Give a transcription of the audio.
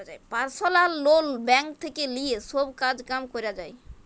personal loan bank থেক্যে লিয়ে সব কাজ কাম ক্যরা যায়